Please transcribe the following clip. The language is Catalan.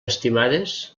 estimades